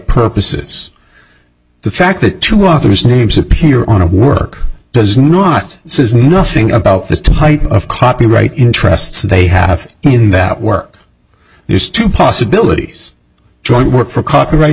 purposes the fact that two authors names appear on a work does not says nothing about the type of copyright interests they have in that work there's two possibilities joint work for copyright